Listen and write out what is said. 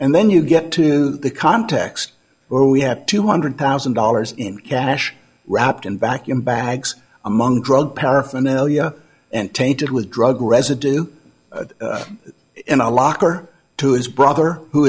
and then you get to know the context where we have two hundred thousand dollars in cash wrapped in vacuum bags among drug paraphernalia and tainted with drug residue in a locker to his brother who